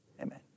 Amen